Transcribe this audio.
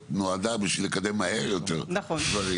לאומיות נועדה בשביל לקדם מהר יותר דברים.